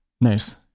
Nice